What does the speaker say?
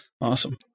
Awesome